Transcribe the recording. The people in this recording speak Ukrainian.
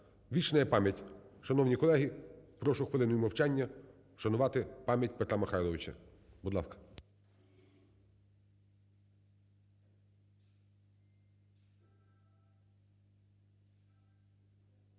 Вічна пам'ять. Шановні колеги, прошу хвилиною мовчання вшанувати пам'ять Петра Михайловича. Будь ласка.